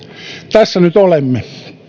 tässä nyt olemme